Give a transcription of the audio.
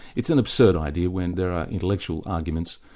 it's an absurd idea when there are intellectual arguments,